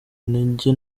intege